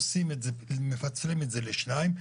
מפצלים את זה לשניים,